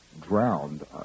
drowned